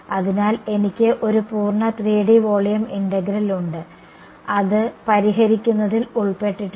അതിനാൽ എനിക്ക് ഒരു പൂർണ്ണ 3D വോളിയം ഇന്റഗ്രൽ ഉണ്ട് അത് പരിഹരിക്കുന്നതിൽ ഉൾപ്പെട്ടിട്ടുണ്ട്